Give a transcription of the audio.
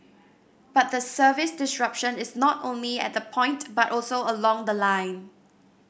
but the service disruption is not only at the point but also along the line